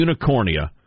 Unicornia